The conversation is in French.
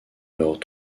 leurs